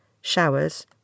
showers